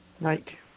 Right